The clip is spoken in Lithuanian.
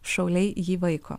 šauliai jį vaiko